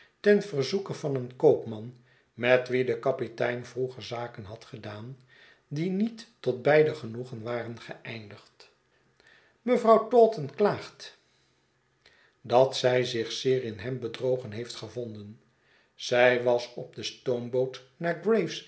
ten verzoeke van een koopman met wien de kapitein vroeger zaken had gedaan die niet tot beider genoegen waren geeindigd mevrouw taunton klaagt dat zij zich zeer in hem bedrogen heeft gevonden zij was op de stoomboot naar